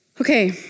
Okay